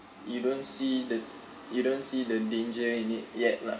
you don't see the you don't see the danger in it yet lah